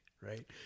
right